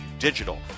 digital